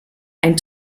ein